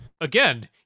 Again